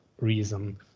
reason